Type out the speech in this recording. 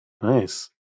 Nice